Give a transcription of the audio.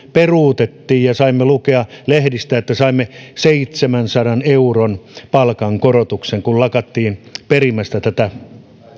peruutettiin ja saimme lukea lehdistä että saimme seitsemänsadan euron palkankorotuksen kun lakattiin perimästä tätä